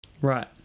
Right